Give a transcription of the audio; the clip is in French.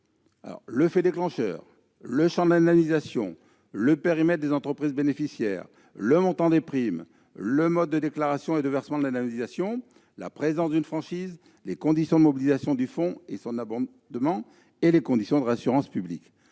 le fait déclencheur, le champ de l'indemnisation, le périmètre des entreprises bénéficiaires, le montant des primes, le mode de déclaration et de versement de l'indemnisation, la présence d'une franchise, les conditions de mobilisation du fonds et son abondement, ainsi que les conditions de réassurance publique.